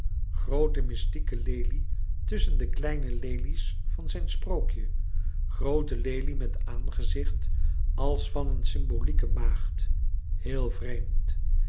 groote mystieke lelie tusschen de kleine lelies van zijn sprookje groote lelie met aangezicht als van een symbolieke maagd heel vreemd